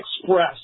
Express